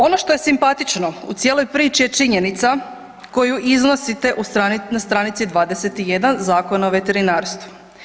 Ono što je simpatično u cijeloj priči je činjenica koju iznosite na str. 21 Zakona o veterinarstvu.